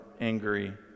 angry